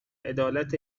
عدالت